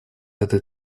этой